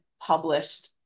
published